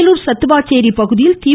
வேலூர் சத்துவாச்சோி பகுதியில் தி